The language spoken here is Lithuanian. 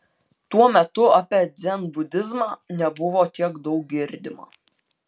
tuo metu apie dzenbudizmą nebuvo tiek daug girdima